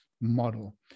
model